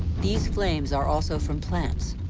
these flames are also from plants.